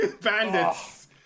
Bandits